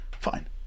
fine